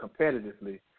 competitively